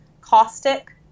caustic